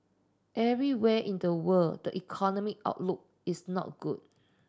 everywhere in the world the economic outlook is not good